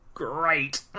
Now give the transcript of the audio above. Great